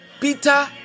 Peter